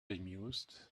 amused